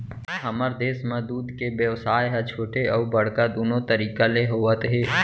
हमर देस म दूद के बेवसाय ह छोटे अउ बड़का दुनो तरीका ले होवत हे